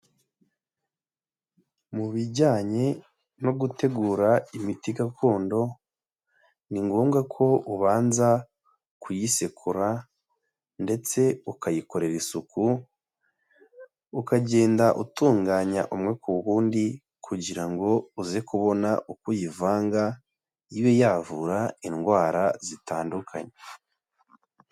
Mu bijyanye no gutegura imiti gakondo, ni ngombwa ko ubanza kuyisekura ndetse ukayikorera isuku, ukagenda utunganya umwe ku wundi kugira ngo uze kubona uko uyivanga ibe yavura indwara zitandukanye.